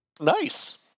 Nice